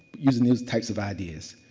using these types of ideas.